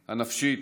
הנפשית,